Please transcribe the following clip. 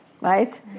right